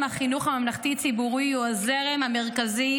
זרם החינוך הממלכתי-ציבורי הוא הזרם המרכזי